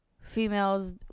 females